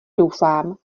doufám